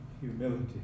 humility